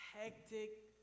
hectic